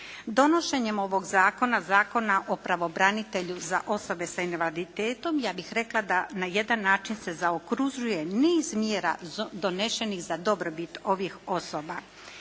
Donošenjem ovog zakona, Zakona o pravobranitelju za osobe s invaliditetom ja bih rekla da na jedan način se zaokružuje niz mjera donesenih za dobrobit ovih osoba.